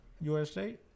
USA